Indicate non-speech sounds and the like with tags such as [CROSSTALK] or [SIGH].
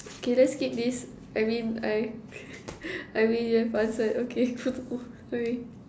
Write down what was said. okay let's skip this I mean I [LAUGHS] I mean you've answered sorry